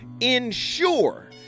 ensure